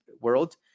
world